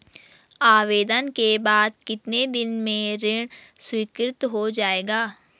आवेदन के बाद कितने दिन में ऋण स्वीकृत हो जाएगा?